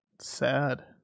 Sad